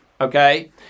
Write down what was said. Okay